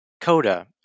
coda